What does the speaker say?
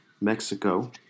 Mexico